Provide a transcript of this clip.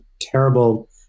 terrible